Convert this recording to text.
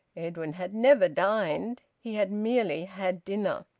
edwin had never dined he had merely had dinner.